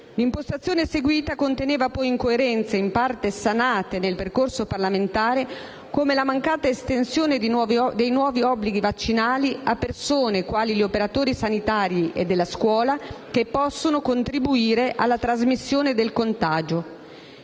L'impostazione seguita conteneva poi incoerenze, in parte sanate nel percorso parlamentare, come la mancata estensione dei nuovi obblighi vaccinali a persone, quali gli operatori sanitari e della scuola, che possono contribuire alla trasmissione del contagio.